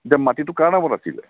এতিয়া মাটিটো কাৰ নামত আছিলে